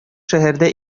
шәһәрдә